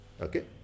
Okay